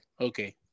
okay